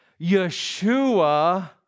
Yeshua